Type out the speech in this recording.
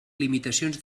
limitacions